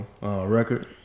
record